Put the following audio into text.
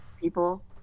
people